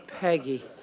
Peggy